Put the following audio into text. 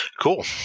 Cool